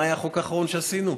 מה היה החוק האחרון שעשינו?